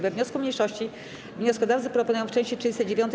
We wniosku mniejszości wnioskodawcy proponują w części 39: